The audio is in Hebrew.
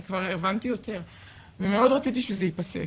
אני כבר הבנתי יותר ומאוד רציתי שזה ייפסק